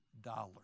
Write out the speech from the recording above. dollars